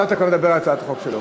עכשיו אתה כבר מדבר על הצעת החוק שלו.